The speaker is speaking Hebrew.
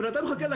הבן אדם לכסף,